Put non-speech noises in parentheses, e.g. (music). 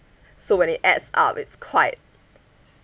(breath) so when it adds up it's quite